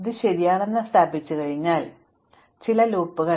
അതിനാൽ ഉണ്ട് ഇതിൽ വ്യക്തമായ ചില ലൂപ്പുകൾ